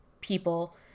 people